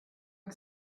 que